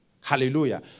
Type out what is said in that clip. Hallelujah